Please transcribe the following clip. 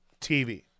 TV